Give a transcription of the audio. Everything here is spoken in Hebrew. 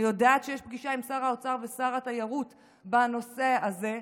ואני יודעת שיש פגישה עם שר האוצר ושר התיירות בנושא הזה.